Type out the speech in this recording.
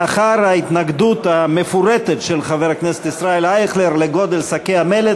לאחר ההתנגדות המפורטת של חבר הכנסת ישראל אייכלר לגודל שקי המלט,